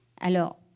Alors